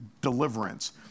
deliverance